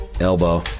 Elbow